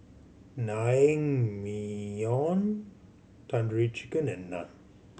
Naengmyeon Tandoori Chicken and Naan